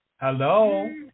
hello